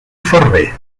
ferrer